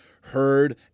heard